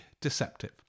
deceptive